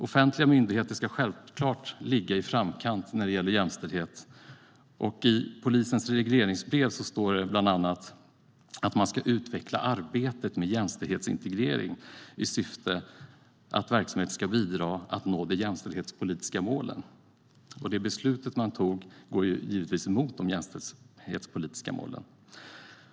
Offentliga myndigheter ska självklart ligga i framkant när det gäller jämställdhet, och i Polisens regleringsbrev står det bland annat att man ska utveckla arbetet med jämställdhetsintegrering så att verksamheten bidrar till att de jämställdhetspolitiska målen kan nås. Det beslut man tog går givetvis emot de jämställdhetspolitiska målen.